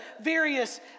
various